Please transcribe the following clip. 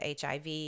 HIV